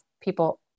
people